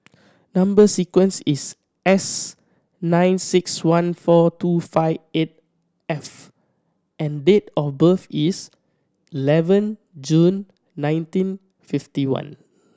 number sequence is S nine six one four two five eight F and date of birth is eleven June nineteen fifty one